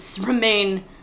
remain